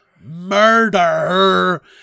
murder